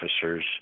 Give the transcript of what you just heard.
officers